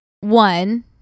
one